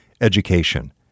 education